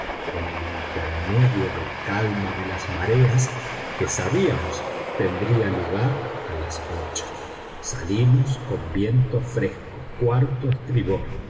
en el intermedio de calma de las mareas que sabíamos tendría lugar a las ocho salimos con viento fresco cuarto estribor